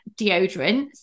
deodorants